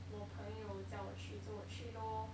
我朋友叫我去做去 lor